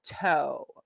Toe